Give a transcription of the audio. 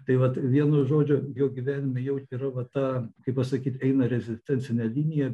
tai vat vienu žodžiu jo gyvenime jau yra va ta kaip pasakyt eina rezistencinė linija